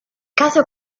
caso